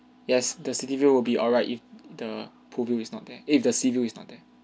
yes the city view will be all right if the pool view is not there if the sea view is not there